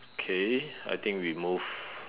okay I think we move